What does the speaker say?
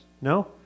No